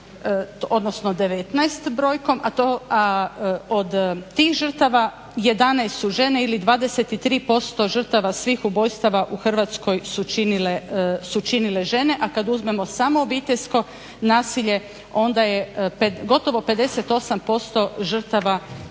odnosno 19 brojkom, a od tih žrtava 11 su žene ili 23% žrtava svih ubojstava u Hrvatskoj su činile žene. A kad uzmemo samo obiteljsko nasilje onda je gotovo 58% žrtava kaznenog